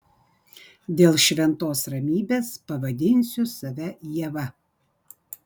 dėl šventos ramybės pavadinsiu save ieva